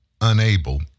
unable